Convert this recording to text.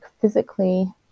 physically